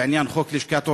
בעניין חוק לשכת עורכי-הדין,